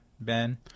Ben